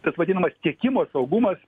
tas vadinamas tiekimo saugumas